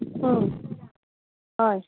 ह हय